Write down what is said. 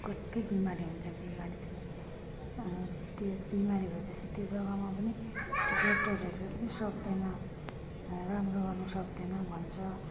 कत्रो बिमारी हुन्छ बिमारी पनि अनि त्यो बिमारी भएपछि त्यो जग्गामा पनि डक्टरहरूले पनि सक्दैन राम्रो गर्नु सक्दैन भन्छ